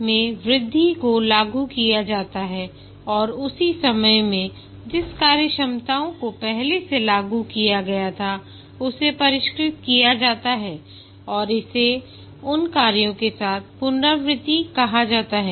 मे वृद्धि को लागू किया जाता है और उसी समय में जिन कार्यक्षमताओं को पहले से लागू किया गया था उन्हें परिष्कृत किया जाता है और इसे उन कार्यों के साथ पुनरावृत्ति कहा जाता है